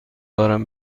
دارم